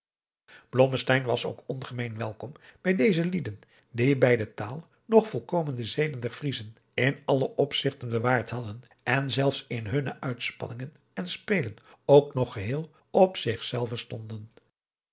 was ook ongemeen welkom bij deze lieden die bij de taal nog volkomen de zeden der vriezen in alle opzigten bewaard hadden en zelfs in hunne uitspanningen en spelen ook nog geheel op zich zelve stonden